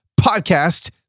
podcast